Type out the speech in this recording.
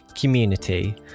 community